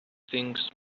things